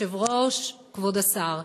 אדוני היושב-ראש, כבוד השר,